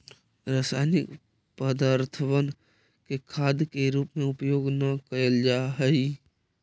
रासायनिक पदर्थबन के खाद के रूप में उपयोग न कयल जा हई